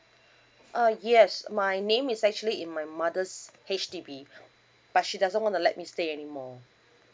uh yes my name is actually in my mother's H_D_B but she doesn't want to let me stay anymore